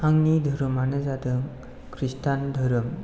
आंनि दोहोरोमानो जादों खृस्टान दोहोरोम